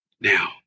now